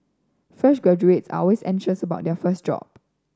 fresh graduates always anxious about their first job